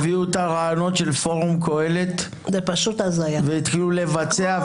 הביאו את הרעיונות של פורום קהלת, והתחילו לבצע.